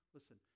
Listen